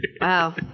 Wow